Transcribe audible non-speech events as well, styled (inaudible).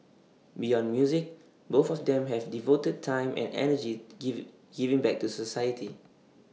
beyond music both of them have devoted time and energy (noise) give giving back to society